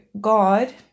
God